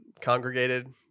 congregated